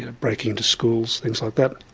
and breaking into schools, things like that.